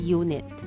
unit